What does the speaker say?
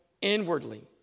inwardly